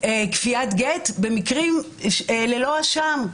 של כפיית גט במקרים ללא אשם,